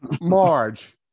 Marge